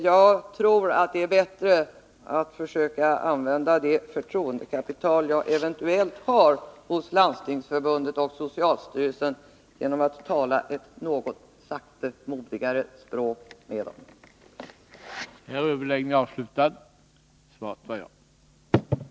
Jag tror att det är bättre att försöka använda det förtroendekapital som jag eventuellt har hos Landstingsförbundet och socialstyrelsen genom att tala ett något saktmodigare språk med dem.